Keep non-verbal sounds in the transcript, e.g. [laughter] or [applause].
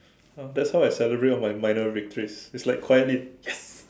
!huh! that's how I celebrate on my minor victories it's like quietly [laughs]